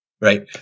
right